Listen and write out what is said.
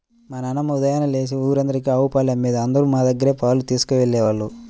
మా నాన్నమ్మ ఉదయాన్నే లేచి ఊరందరికీ ఆవు పాలమ్మేది, అందరూ మా దగ్గరే పాలు తీసుకెళ్ళేవాళ్ళు